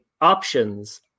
options –